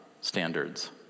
standards